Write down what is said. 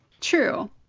true